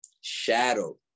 shadow